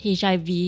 HIV